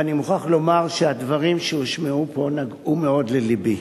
ואני מוכרח לומר שהדברים שהושמעו פה נגעו מאוד ללבי.